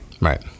Right